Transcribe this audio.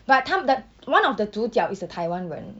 but 他的 one of the 主角 is a taiwan 人